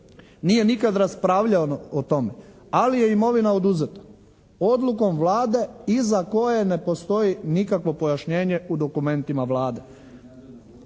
nije nikad raspravljao o tome, ali je imovina oduzeta odlukom Vlade iza koje ne postoji nikakvo pojašnjenje u dokumentima Vlade.